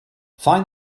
find